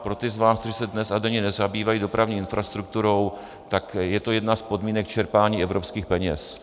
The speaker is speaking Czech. Pro ty z vás, kteří se dnes a denně nezabývají dopravní infrastrukturou, tak je to jedna z podmínek čerpání evropských peněz.